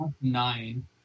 nine